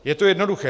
Je to jednoduché.